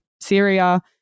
Syria